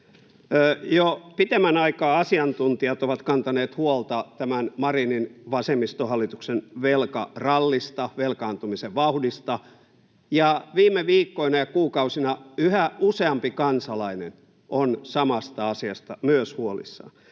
Jo pitemmän aikaa asiantuntijat ovat kantaneet huolta Marinin vasemmistohallituksen velkarallista, velkaantumisen vauhdista. Viime viikkoina ja kuukausina yhä useampi kansalainen on samasta asiasta myös huolissaan,